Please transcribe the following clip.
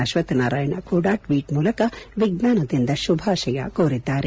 ಅಸ್ತಕ್ಷನಾರಾಯಣ ಕೂಡ ಟ್ಲೀಟ್ ಮೂಲಕ ವಿಜ್ಞಾನ ದಿನದ ಶುಭಾಶಯ ಕೋರಿದ್ದಾರೆ